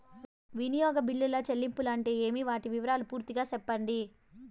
వినియోగ బిల్లుల చెల్లింపులు అంటే ఏమి? వాటి వివరాలు పూర్తిగా సెప్పండి?